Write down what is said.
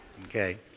Okay